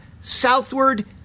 southward